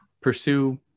pursue